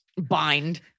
bind